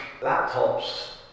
laptops